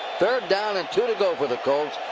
third down and two to go for the colts.